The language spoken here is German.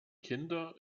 kinder